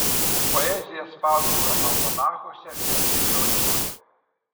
poeziją spausdino almanachuose bei periodikoje